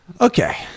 Okay